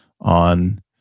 on